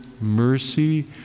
mercy